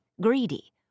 greedy